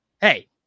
Hey